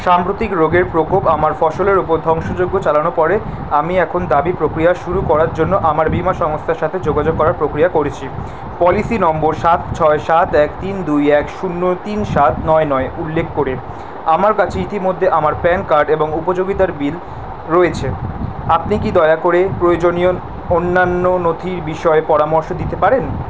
সাম্প্রতিক রোগের প্রকোপ আমার ফসলের ওপর ধ্বংসযজ্ঞ চালানোর পরে আমি এখন দাবি প্রক্রিয়া শুরু করার জন্য আমার বীমা সংস্থার সাথে যোগাযোগ করার প্রক্রিয়া করেছি পলিসি নম্বর সাত ছয় সাত এক তিন দুই এক শূন্য তিন সাত নয় নয় উল্লেখ করে আমার কাছে ইতিমধ্যে আমার প্যান কার্ড এবং উপযোগিতার বিল রয়েছে আপনি কি দয়া করে প্রয়োজনীয় অন্যান্য নথির বিষয়ে পরামর্শ দিতে পারেন